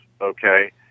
okay